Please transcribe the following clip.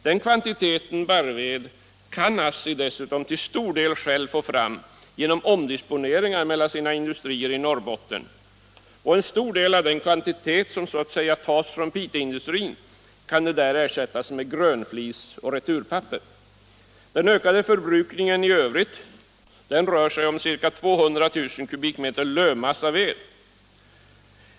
Denna kvantitet barrved kan ASSI dessutom till stor del självt få fram genom omdisponeringar mellan sina industrier i Norrbotten, och en stor del av den kvantitet som så att säga tas från Piteåindustrin kan där ersättas med grönflis och returpapper. Den ökade förbrukningen i övrigt rör sig om ca 200 000 kubikmeter lövmassaved.